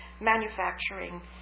manufacturing